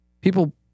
people